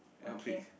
okay